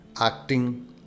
acting